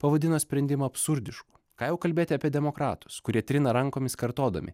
pavadino sprendimą absurdišku ką jau kalbėti apie demokratus kurie trina rankomis kartodami